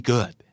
Good